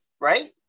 right